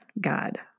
God